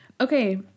Okay